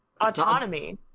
autonomy